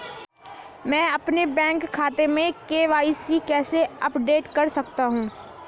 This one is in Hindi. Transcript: मैं अपने बैंक खाते में के.वाई.सी कैसे अपडेट कर सकता हूँ?